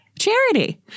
Charity